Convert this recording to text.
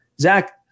Zach